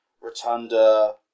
Rotunda